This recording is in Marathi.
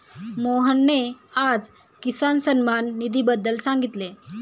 मोहनने आज किसान सन्मान निधीबद्दल सांगितले